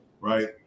right